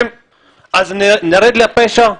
נרד לפשע?